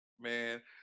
man